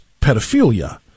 pedophilia